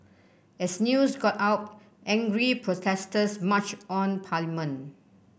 as news got out angry protesters marched on parliament